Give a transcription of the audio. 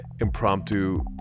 impromptu